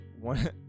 one